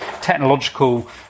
technological